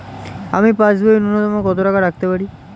আমি পাসবইয়ে ন্যূনতম কত টাকা রাখতে পারি?